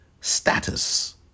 status